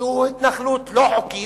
שהוא התנחלות לא חוקית,